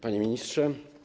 Panie Ministrze!